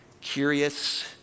curious